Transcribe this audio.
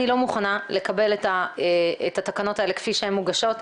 אני לא מוכנה לקבל את התקנות האלה כפי שהן מוגשות.